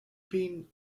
been